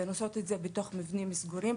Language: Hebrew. והן עושות את זה בתוך מבנים סגורים.